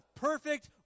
perfect